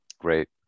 Great